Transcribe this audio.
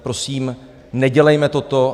Prosím, nedělejme toto.